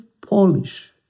Polish